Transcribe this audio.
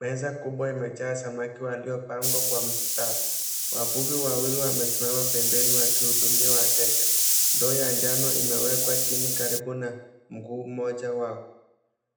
Meza kubwa imejaa samaki waliopangwa kwa mstari. Wavuvi wawili wamesimama pembeni wakihudumia wateja. Ndoo ya njano imewekwa chini karibu na mguu mmoja wao.